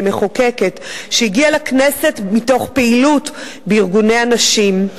כמחוקקת שהגיעה לכנסת מתוך פעילות בארגוני הנשים,